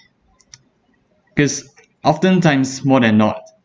because often times more than not